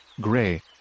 gray